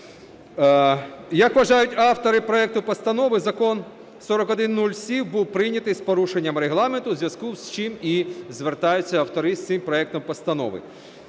Як вважають автори проекту постанови, Закон 4107 був прийнятий з порушенням Регламенту, у зв'язку з чим і звертаються автори з цим проектом постанови.